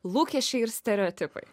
lūkesčiai ir stereotipai